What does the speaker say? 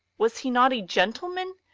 was he not a gentleman?